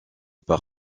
par